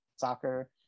soccer